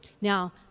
Now